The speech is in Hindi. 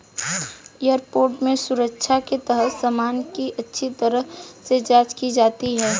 एयरपोर्ट में सुरक्षा के तहत सामान की अच्छी तरह से जांच की जाती है